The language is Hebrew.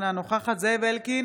אינה נוכחת זאב אלקין,